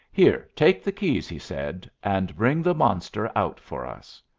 here, take the keys, he said, and bring the monster out for us.